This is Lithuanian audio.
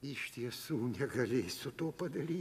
iš tiesų negalėsiu to padary